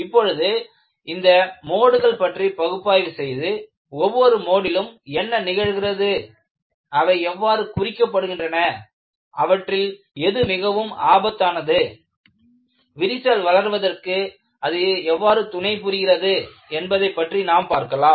இப்பொழுது அந்த மோடுகள் பற்றி பகுப்பாய்வு செய்து ஒவ்வொரு மோடிலும் என்ன நிகழ்கிறது அவை எவ்வாறு குறிக்கப்படுகின்றன அவற்றில் எது மிகவும் ஆபத்தானது விரிசல் வளர்வதற்கு அது எவ்வாறு துணை புரிகிறது என்பதை பற்றி நாம் பார்க்கலாம்